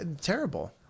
Terrible